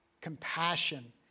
compassion